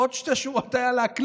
עוד שתי שורות היו להקריא.